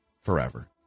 forever